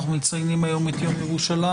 אנחנו מציינים היום את יום ירושלים.